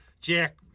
Jack